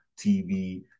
tv